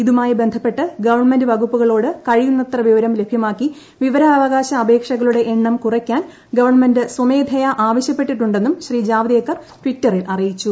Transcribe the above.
ഇതുമായി ബന്ധപ്പെട്ട് ഗവൺമെന്റ് വകുപ്പുകളോട് കഴിയുന്നത്ര വിവരം ലഭ്യമാക്കി വിവരാവകാശ അപേക്ഷകളുടെ എണ്ണം കുറയ്ക്കാൻ ഗവൺമെന്റ് സ്വമേധയാ ആവശ്യപ്പെട്ടിട്ടുണ്ടെന്നും ശ്രീ ജാവ്ദേക്കർ ട്വിറ്ററിൽ അറിയിച്ചു